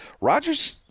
Rodgers